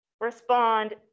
respond